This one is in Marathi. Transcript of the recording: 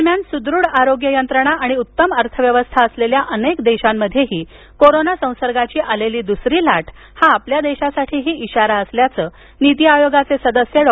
दरम्यान सुदृढ आरोग्य यंत्रणा आणि उत्तम अर्थव्यवस्था असलेल्या अनेक देशांमध्येही कोरोना संसर्गाची आलेली दुसरी लाट हा आपल्यादेशासाठीही इशारा असल्याचं नीती आयोगाचे सदस्य डॉ